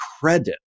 credit